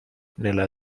nella